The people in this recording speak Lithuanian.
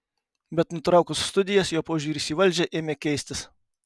bet nutraukus studijas jo požiūris į valdžią ėmė keistis